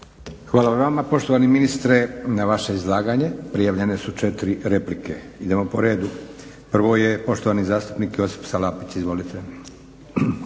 Hvala i vama poštovani ministre. Na vaše izlaganje prijavljene su četiri replike. Idemo po redu. Prvo je poštovani zastupnik Josip Salapić, izvolite.